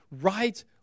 right